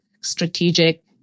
strategic